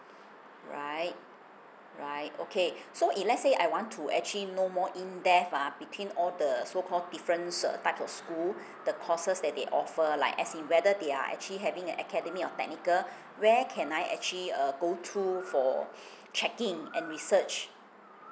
right right okay so if let's say I want to actually know more in depth ah between all the so called difference ah type of school the courses that they offer like as in whether they are actually having a academy or technical where can I actually err go to for checking and research